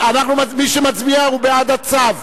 מי שמצביע הוא בעד הצו.